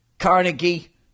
Carnegie